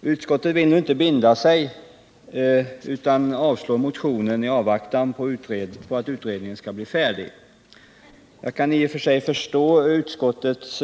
Utskottet vill inte binda sig utan avstyrker motionen i avvaktan på att utredningen skall bli färdig. Jag kan i och för sig förstå utskottets